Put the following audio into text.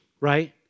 right